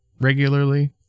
regularly